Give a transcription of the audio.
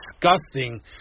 disgusting